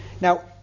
Now